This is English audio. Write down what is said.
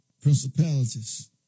principalities